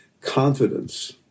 confidence